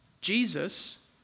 Jesus